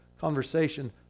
conversation